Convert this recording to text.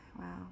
wow